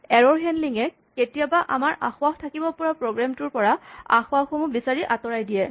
error handling এ কেতিয়াবা আমাৰ আসোঁৱাহ থাকিব পৰা প্ৰগ্ৰেমটোৰ পৰা আসোঁৱাহসমূহ বিচাৰি আতঁৰাই দিয়ে